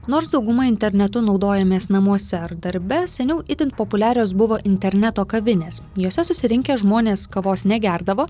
nors dauguma internetu naudojamės namuose ar darbe seniau itin populiarios buvo interneto kavinės jose susirinkę žmonės kavos negerdavo